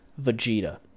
Vegeta